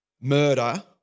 murder